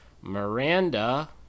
Miranda